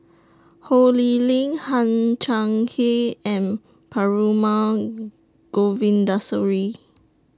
Ho Lee Ling Hang Chang He and Perumal Govindaswamy